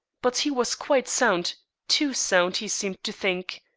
but he was quite sound too sound, he seemed to think.